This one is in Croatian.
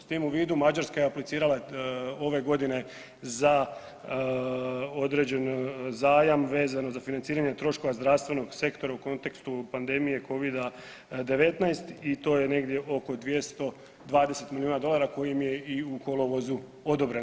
S tim u vidu Mađarska je aplicirala ove godine za određen zajam vezano za financiranje troškova zdravstvenog sektora u kontekstu pandemije Covida-19 i to je negdje oko 220 miliona dolara koji im je i u kolovozu odobren.